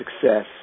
success